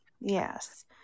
yes